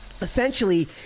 Essentially